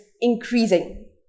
increasing